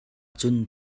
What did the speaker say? cun